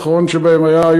והאחרון שבהם היה,